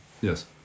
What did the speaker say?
Yes